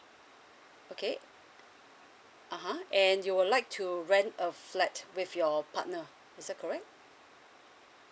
okay (uh huh) and you would like to rent a flat with your partner is that correct